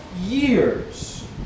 years